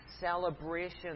celebration